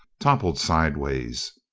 toppled sidewise.